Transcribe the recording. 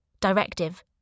Directive